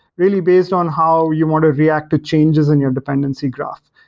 really based on how you want to react to changes in your dependency graph.